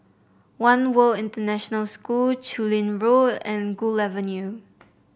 One World International School Chu Lin Road and Gul Avenue